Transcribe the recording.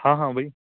ਹਾਂ ਹਾਂ ਬਾਈ